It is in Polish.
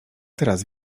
teraz